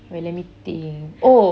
wait let me think oh